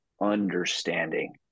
understanding